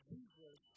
Jesus